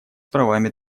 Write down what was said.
правами